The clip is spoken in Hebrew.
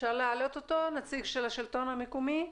נציג השלטון המקומי.